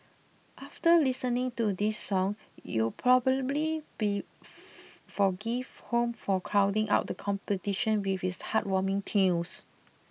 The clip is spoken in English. after listening to this song you probably be forgive Home for crowding out the competition with its heartwarming tunes